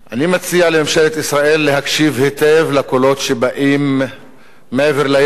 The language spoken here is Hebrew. אני מציע לממשלת ישראל להקשיב היטב לקולות שבאים מעבר לים.